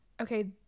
Okay